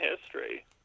history